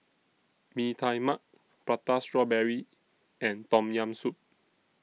Mee Tai Mak Prata Strawberry and Tom Yam Soup